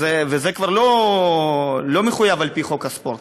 וזה כבר לא מחויב על-פי חוק הספורט,